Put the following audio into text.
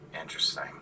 Interesting